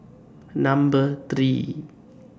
Number three